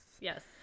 Yes